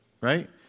right